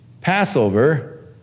Passover